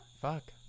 Fuck